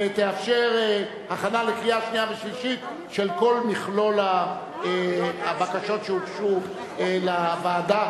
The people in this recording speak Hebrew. ותאפשר הכנה לקריאה שנייה ושלישית של כל מכלול הבקשות שהוגשו לוועדה,